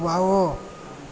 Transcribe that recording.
wow